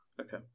Okay